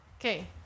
Okay